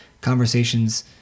conversations